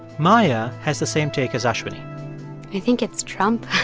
maia has the same take as ashwini i think it's trump.